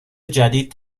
جدید